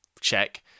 check